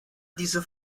diese